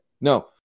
no